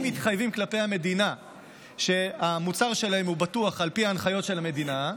הם מתחייבים כלפי המדינה שהמוצר שלהם בטוח על פי ההנחיות של המדינה,